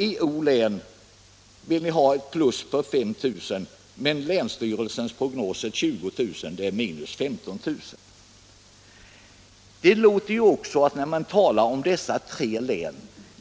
I O län slutligen vill ni öka befolkningstalet med 5 000, men länsstyrelsens prognos ligger på 20000, alltså en differens på 15 000. När man talar om dessa tre län